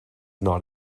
not